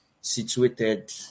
situated